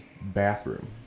bathroom